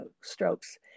strokes